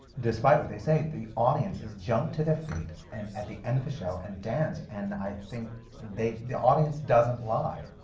despite what they say, the audiences jump to their feet and at the end of the show and dance. and i think the audience doesn't lie.